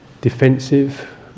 defensive